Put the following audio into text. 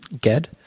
Ged